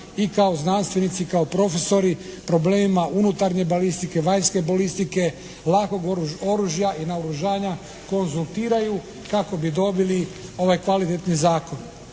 i kao znanstvenici i kao profesori problemima unutarnje balistike, vanjske balistike, lakog oružja i naoružanja konzultiraju kako bi dobili ovaj kvalitetni zakon.